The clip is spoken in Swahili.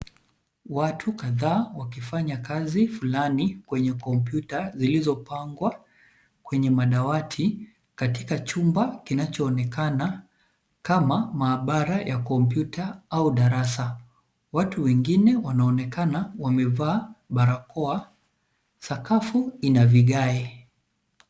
Watu kadhaa wakifanya kazi fulani kwenye kompyuta zilizopangwa kwenye madawati katika chumba kinachoonekana kama maabara ya kompyuta au darasa. Watu wengine wanaonekana wamevaa barakoa. Sakafu ina vigae.